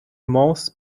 ماوس